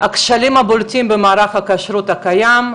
הכשלים הבולטים במערך הכשרות הקיים,